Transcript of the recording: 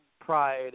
pride